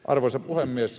arvoisa puhemies